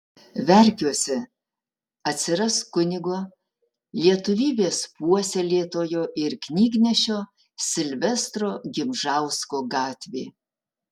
verkiuose atsiras kunigo lietuvybės puoselėtojo ir knygnešio silvestro gimžausko gatvė